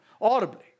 audibly